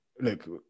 Look